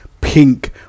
pink